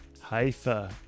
Haifa